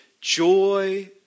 joy